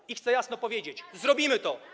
I chcę jasno powiedzieć: Zrobimy to.